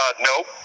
nope